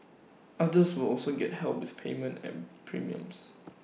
others will also get help with payment and premiums